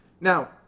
Now